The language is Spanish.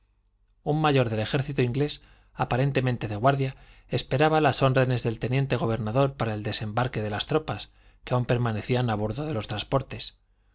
un mayor del ejército inglés aparentemente de guardia esperaba las órdenes del teniente gobernador para el desembarque de las tropas que aun permanecían a bordo de los transportes